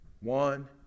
One